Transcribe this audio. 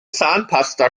zahnpasta